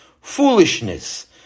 foolishness